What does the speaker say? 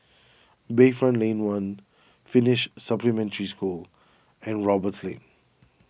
Bayfront Lane one Finnish Supplementary School and Roberts Lane